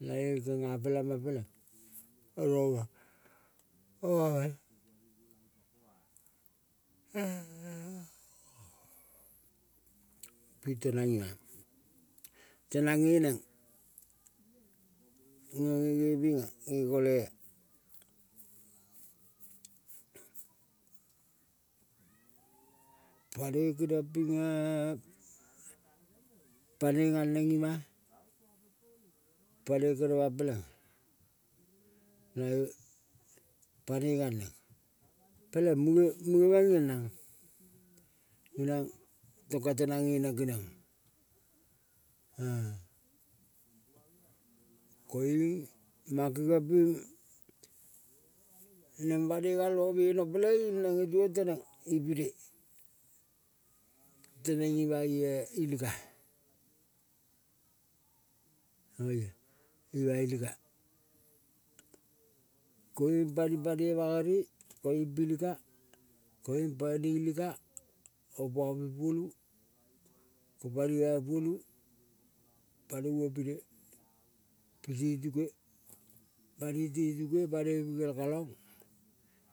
Nae kenga pelama peleng oro oma, oma meng ping tenang ima. Tenang nge neng nge nge nepinga nge kolea, panoi keniong pinge panoi galneng ima panoi, kere mang peleng nange panoi galneng peleng muge ka ngengrong. Keniong tong ka tenang nge neng kenionga e, koiung mang kengiong ping. Neng banoi galmo meno peleing neng ngetuvong teneng ipine teng ima ie iluga-a. Oia ima iluga, koiung pani pane gone, koiung pi iluga koiung paili iluga opa pi polu palima polu, paloi opine piti tuke bani ti tuke banoi pikel. Galon